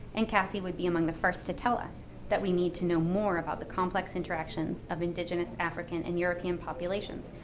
and cassie would be among the first to tell us that we need to know more about the complex interaction of indigenous african and european populations,